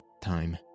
time